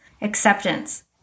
acceptance